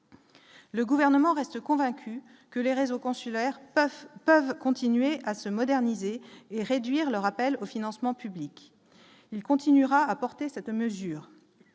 Le gouvernement reste convaincu que les réseaux consulaires peuvent continuer à se moderniser et réduire leur appel au financement public il continuera apporter cette mesure